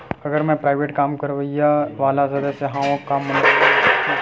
अगर मैं प्राइवेट काम करइया वाला सदस्य हावव का मोला ऋण मिल सकथे?